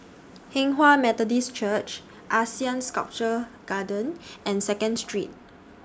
Hinghwa Methodist Church Asean Sculpture Garden and Second Street